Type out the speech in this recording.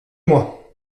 moi